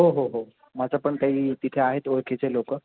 हो हो हो माझं पण काही तिथे आहेत ओळखीचे लोक